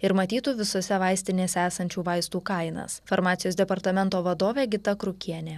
ir matytų visose vaistinėse esančių vaistų kainas farmacijos departamento vadovė gita krukienė